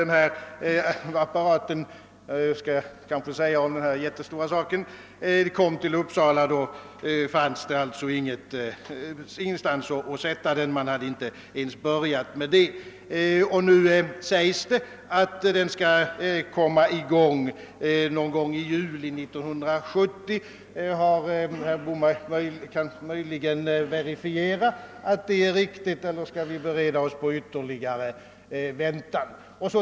När apparaten — jag kanske får kalla denna jättestora anläggning så — kom till Uppsala fanns det ingen plats att sätta den på. Man hade inte ens börjat arbetena för detta ändamål. Det uttalas nu att acceleratorn skall komma i gång någon gång i juli 1970. Kan herr Moberg möjligen verifiera att det är riktigt eller skall vi bereda oss på ytterligare väntan?